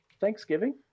Thanksgiving